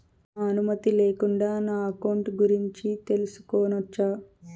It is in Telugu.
నా అనుమతి లేకుండా నా అకౌంట్ గురించి తెలుసుకొనొచ్చా?